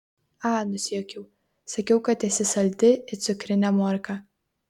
a nusijuokiau sakiau kad esi saldi it cukrinė morka